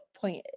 point